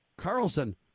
Carlson